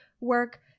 work